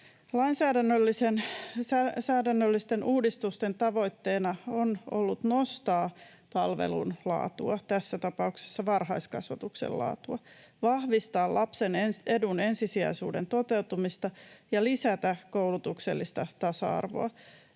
Lainsäädännöllisten uudistusten tavoitteena on ollut nostaa palvelun laatua, tässä tapauksessa varhaiskasvatuksen laatua, vahvistaa lapsen edun ensisijaisuuden toteutumista ja lisätä koulutuksellista tasa-arvoa.